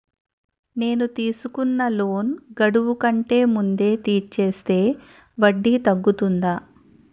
నేను తీసుకున్న లోన్ గడువు కంటే ముందే తీర్చేస్తే వడ్డీ తగ్గుతుందా?